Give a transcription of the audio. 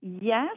Yes